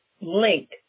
link